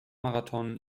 marathon